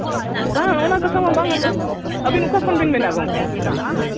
ᱵᱟᱝ ᱚᱱᱟ ᱠᱟᱛᱷᱟ ᱢᱟ ᱵᱟᱝᱼᱟ ᱛᱚ ᱟᱹᱵᱤᱱ ᱚᱠᱟ ᱠᱷᱚᱱ ᱵᱤᱱ ᱢᱮᱱᱮᱫᱼᱟ ᱜᱳᱢᱠᱮ